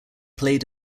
played